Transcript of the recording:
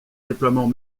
déploiement